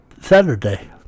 Saturday